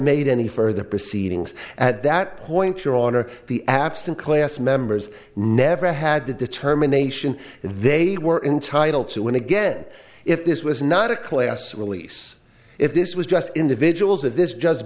made any further proceedings at that point you're on or the absent class members never had the determination that they were entitled to and again if this was not a class release if this was just individuals if this